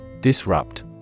Disrupt